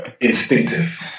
instinctive